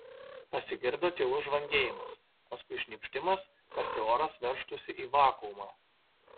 pasigirdo tylus žvangėjimas paskui šnypštimas tarsi oras veržtųsi į vakuumą